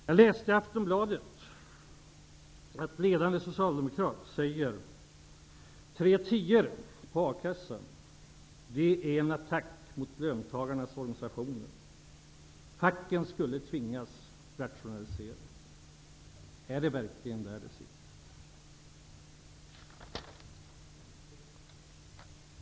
Jag läste i Aftonbladet att en ledande socialdemokrat säger att tre tior till a-kassan är en attack mot löntagarnas organisationer -- facken skulle tvingas rationalisera. Är det verkligen det som är avgörande?